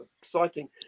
exciting